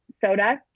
soda